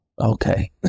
okay